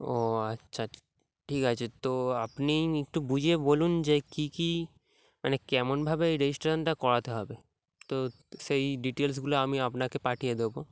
ও আচ্ছা ঠিক আছে তো আপনি একটু বুঝিয়ে বলুন যে কী কী মানে কেমনভাবে রেজিস্ট্রেশানটা করাতে হবে তো সেই ডিটেলসগুলো আমি আপনাকে পাঠিয়ে দেবো